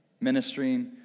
ministering